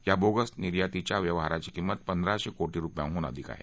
या बोगस निर्यातीच्या व्यवहाराची किंमत पंधराशे कोटी रुपयांहून अधिक आहे